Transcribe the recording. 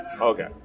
Okay